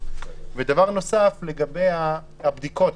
לגבי הבדיקות,